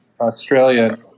Australia